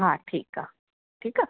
हा ठीकु आहे ठीकु आहे